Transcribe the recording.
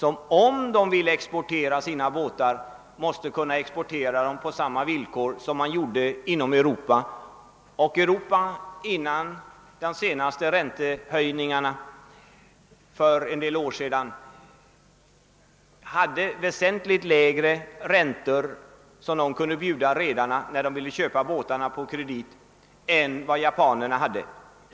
Om japanerna ville exportera sina båtar måste de kunna exportera dem på samma villkor som Europa, och Europa hade, före de senaste räntehöjningarna för en del år sedan, väsentligt lägre räntor som kunde bjudas redarna, när de ville köpa båtarna på kredit, än vad japanerna hade.